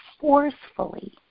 forcefully